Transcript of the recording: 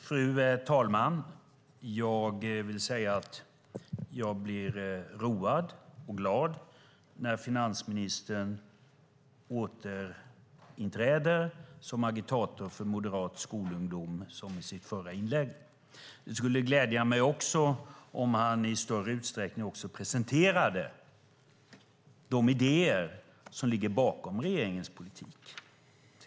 Fru talman! Jag blir road och glad när finansministern återinträder som agitator för Moderat skolungdom, som han gjorde i sitt förra inlägg. Det skulle också glädja mig om han i större utsträckning presenterade de idéer som ligger bakom regeringens politik.